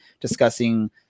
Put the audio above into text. discussing